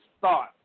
thought